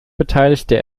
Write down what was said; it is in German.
beteiligte